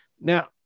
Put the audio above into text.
now